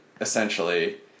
essentially